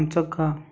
आमचो गांव